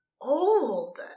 old